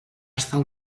estar